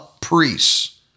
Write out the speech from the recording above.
priests